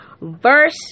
verse